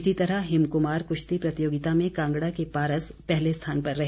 इसी तरह हिम कुमार कुश्ती प्रतियोगिता में कांगड़ा के पारस पहले स्थान पर रहे